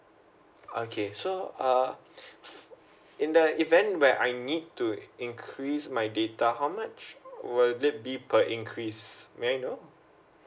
okay so uh in the event where I need to increase my data how much will it be per increase may I know